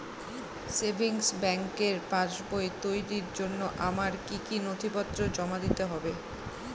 Savings ব্যাংকের পাসবই তৈরির জন্য আমার কি কি নথিপত্র জমা দিতে হবে?